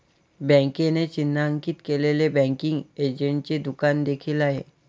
बँकेने चिन्हांकित केलेले बँकिंग एजंटचे दुकान देखील आहे